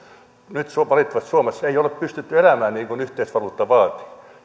nyt valitettavasti suomessa ei ole pystytty elämään niin kuin yhteisvaluutta vaatii